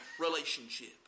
relationship